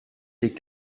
les